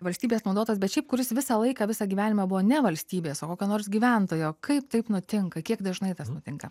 valstybės naudotas bet šiaip kuris visą laiką visą gyvenimą buvo ne valstybės o kokio nors gyventojo kai taip nutinka kiek dažnai tas nutinka